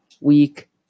week